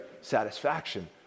satisfaction